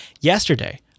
Yesterday